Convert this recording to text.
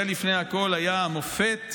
זה לפני הכול היה המופת,